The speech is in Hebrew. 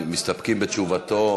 מסתפקים בתשובתו?